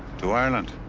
to ireland.